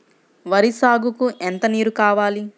వరి సాగుకు ఎంత నీరు కావాలి?